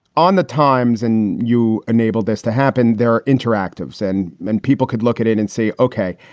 on the times and you enabled this to happen there interactive's and then people could look at it and say, ok,